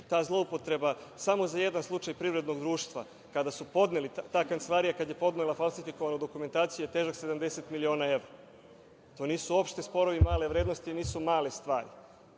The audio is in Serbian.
Ta zloupotreba samo za jedan slučaj privrednog društva, kada je ta kancelarija podnela falsifikovanu dokumentaciju, je težak 70 miliona evra. To nisu uopšte sporovi male vrednosti, nisu male stvari. Dakle,